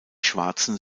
schwarzen